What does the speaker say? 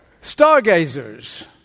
Stargazers